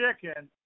chicken